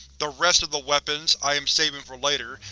the rest of the weapons, i am saving for later,